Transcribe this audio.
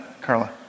Carla